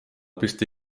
püsti